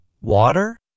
water